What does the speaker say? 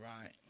right